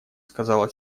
сказала